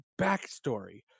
backstory